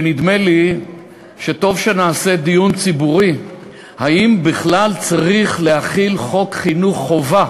שנדמה לי שטוב שנעשה דיון ציבורי אם בכלל צריך להחיל חוק חינוך חובה